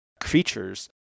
creatures